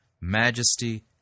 majesty